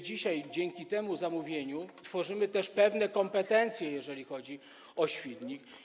Dzięki temu zamówieniu tworzymy też pewne kompetencje, jeżeli chodzi o Świdnik.